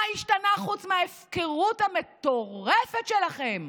מה השתנה חוץ מההפקרות המטורפת שלכם?